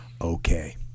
okay